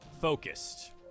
focused